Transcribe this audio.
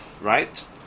Right